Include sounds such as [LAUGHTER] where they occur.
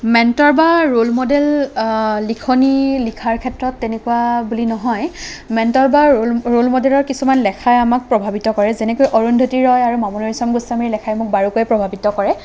mentor বা role model লিখনি লিখাৰ ক্ষেত্ৰত তেনেকুৱা বুলি নহয় মেনট'ৰ বা [UNINTELLIGIBLE] ৰোল মডেলৰ কিছুমান লেখাই আমাক প্ৰভাৱিত কৰে যেনেকৈ অৰূন্ধতী ৰয় আৰু মামণি ৰয়চম গোস্বামীৰ লেখাই মোক বাৰুকৈ প্ৰভাৱিত কৰে